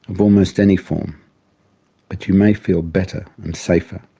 of almost any form but you may feel better and safer.